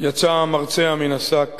יצא המרצע מן השק.